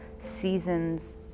seasons